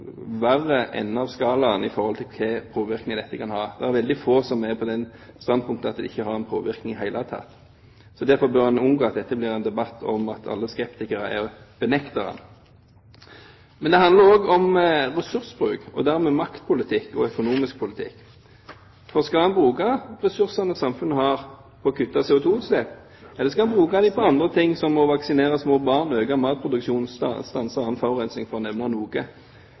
verre enden av skalaen i forhold til hva slags påvirkning dette kan ha. Det er veldig få som har det standpunktet at det ikke har noen påvikning i det hele tatt. Derfor bør en unngå at dette blir en debatt om at alle skeptikere er benektere. Det handler også om ressursbruk, og dermed maktpolitikk og økonomisk politikk. Skal en bruke ressursene samfunnet har, på å kutte CO2-utslipp, eller skal en bruke dem på andre ting som å vaksinere små barn, øke matproduksjonen og stanse annen forurensning, for å nevne noe?